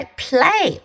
play